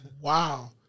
Wow